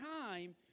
time